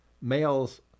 males